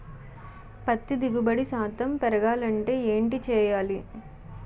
పత్తి దిగుబడి శాతం పెరగాలంటే ఏంటి చేయాలి?